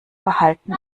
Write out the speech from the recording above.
verhalten